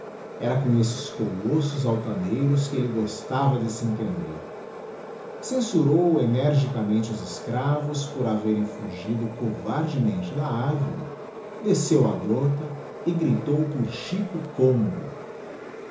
era com esses colossos altaneiros que elle gostava de se entender censurou energicamente os escravos por haverem fugido covardemente da arvore desceu a grota e gritou por chico congo